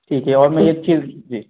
ठीक है और मैं एक चीज़ जी